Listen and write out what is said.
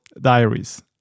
Diaries